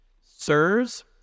Sirs